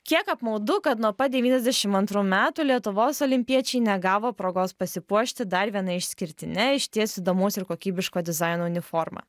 kiek apmaudu kad nuo pat devyniasdešim antrų metų lietuvos olimpiečiai negavo progos pasipuošti dar viena išskirtine išties įdomaus ir kokybiško dizaino uniforma